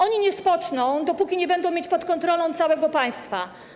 Oni nie spoczną, dopóki nie będą mieć pod kontrolą całego państwa.